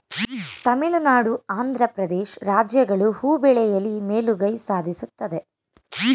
ತಮಿಳುನಾಡು, ಆಂಧ್ರ ಪ್ರದೇಶ್ ರಾಜ್ಯಗಳು ಹೂ ಬೆಳೆಯಲಿ ಮೇಲುಗೈ ಸಾಧಿಸುತ್ತದೆ